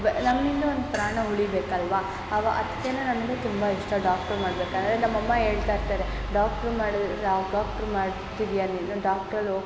ಬೆ ನಮ್ಮಿಂದ ಒಂದು ಪ್ರಾಣ ಉಳಿಬೇಕಲ್ವ ಅವ ಅದ್ಕೇ ನನಗೆ ತುಂಬ ಇಷ್ಟ ಡಾಕ್ಟ್ರ್ ಮಾಡಬೇಕಂದ್ರೆ ನಮ್ಮಅಮ್ಮ ಹೇಳ್ತಾಯಿರ್ತಾರೆ ಡಾಕ್ಟ್ರು ಮಾಡು ಡಾಕ್ಟ್ರು ಮಾಡ್ತಿದ್ಯಾ ನೀನು ಡಾಕ್ಟ್ರಲ್ಲಿ ಓ